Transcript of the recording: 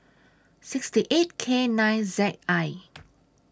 sixty eight K nine Z I